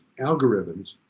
algorithms